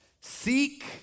seek